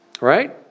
Right